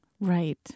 Right